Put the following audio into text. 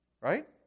right